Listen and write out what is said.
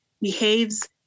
behaves